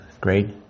great